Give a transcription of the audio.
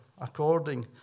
according